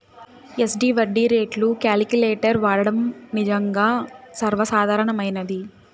SD వడ్డీ రేట్లు calculator వాడడం నిజంగా సర్వసాధారణమైనది